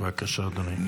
בבקשה, אדוני.